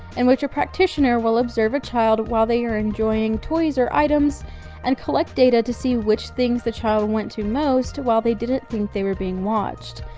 in which a practitioner will observe a child while they are enjoying toys or items and collect data to see which things the child went to most while they didn't think they were being watched.